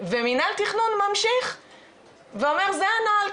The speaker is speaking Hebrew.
ומנהל תכנון ממשיך ואומר זה הנוהל,